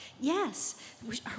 yes